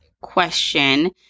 question